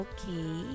Okay